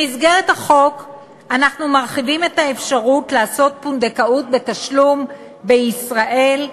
במסגרת החוק אנחנו מרחיבים את האפשרות לעשות פונדקאות בתשלום בישראל,